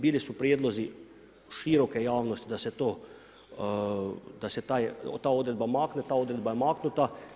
Bili su prijedlozi široke javnosti da se ta odredba makne, ta odredba je maknuta.